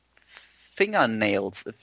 fingernails